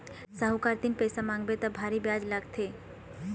साहूकार तीर पइसा मांगबे त भारी बियाज लागथे